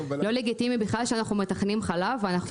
לא לגיטימי בכלל שאנחנו מתכננים חלב ואנחנו